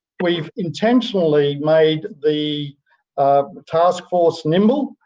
we've intentionally made the um taskforce nimble.